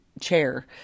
chair